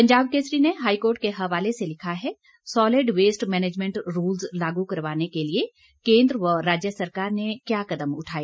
पंजाब केसरी ने हाईकोर्ट के हवाले से लिखा है सॉलिड वेस्ट मैनेजमेंट रूल्स लागू करवाने के लिए केंद्र व राज्य सरकार ने क्या कदम उठाए